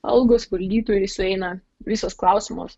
algos valdytojui sueina visas klausimas